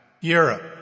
Europe